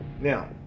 now